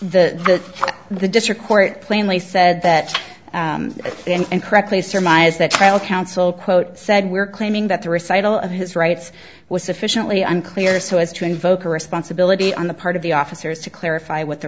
the the district court plainly said that and correctly surmise that trial counsel quote said we're claiming that the recital of his rights was sufficiently unclear so as to invoke a responsibility on the part of the officers to clarify what the